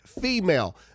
female